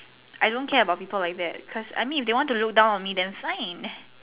I don't care about people like that I mean if they want to look down on me then fine